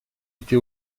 été